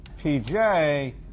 PJ